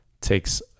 takes